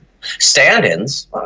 Stand-ins